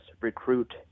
recruit